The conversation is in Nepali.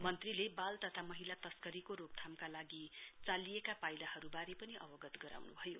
मन्त्रीले बाल तथा महिला तस्करीको रोकथामका लागि चालिएका पाइलाहरूबारे पनि अवगत गराउन्भयो